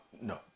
no